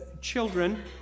Children